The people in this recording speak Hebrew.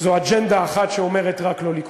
זו אג'נדה אחת, שאומרת: רק לא ליכוד.